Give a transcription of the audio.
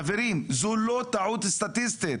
חברים, זו לא טעות סטטיסטית,